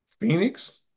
Phoenix